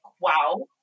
wow